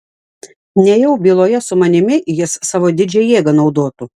nejau byloje su manimi jis savo didžią jėgą naudotų